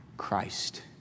Christ